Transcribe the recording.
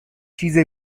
چیز